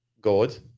god